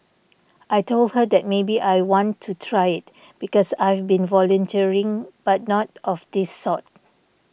I told her that maybe I want to try it because I've been volunteering but not of this sort